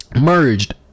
merged